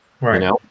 right